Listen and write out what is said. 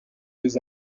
deux